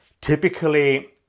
typically